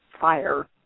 fire